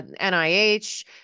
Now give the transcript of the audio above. NIH